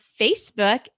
Facebook